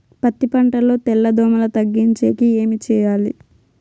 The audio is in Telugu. పత్తి పంటలో తెల్ల దోమల తగ్గించేకి ఏమి చేయాలి?